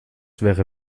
wäre